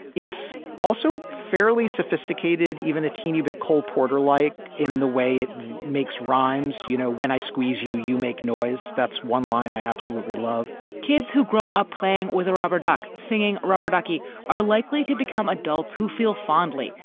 it's also fairly sophisticated, even a teeny bit cole porter like in the way it makes rhymes. you know, when i squeeze you, you make noise. that's one line i absolutely love kids who grow up playing with a rubber duck, singing rubber ducky are likely to become adults who feel fondly,